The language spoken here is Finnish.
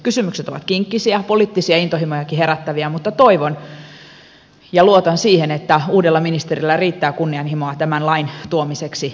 kysymykset ovat kinkkisiä poliittisia ja intohimojakin herättäviä mutta toivon ja luotan siihen että uudella ministerillä riittää kunnianhimoa tämän lain tuomiseksi eduskuntaan